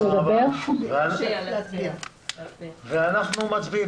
אנחנו מצביעים.